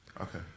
Okay